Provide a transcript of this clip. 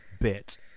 bit